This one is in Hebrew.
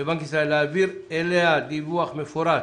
בבנק ישראל להעביר אליה דיווח מפורט